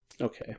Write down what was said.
Okay